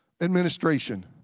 administration